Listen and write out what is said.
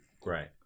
Great